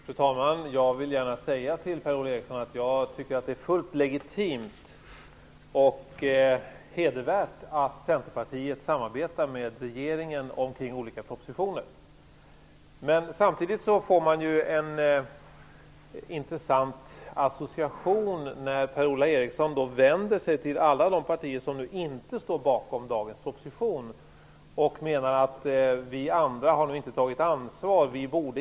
Fru talman! Jag vill gärna säga till Per-Ola Eriksson att jag tycker att det är fullt legitimt och hedervärt att Centerpartiet samarbetar med regeringen kring olika propositioner. Men samtidigt vänder sig Per-Ola Eriksson till alla partier som inte står bakom dagens proposition och menar att vi andra inte tar något ansvar.